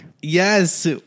Yes